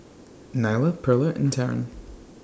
Nyla Perla and Taryn